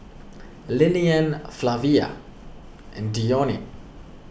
Lilian Flavia and Dione